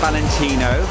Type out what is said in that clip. Valentino